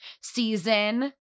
season